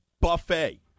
buffet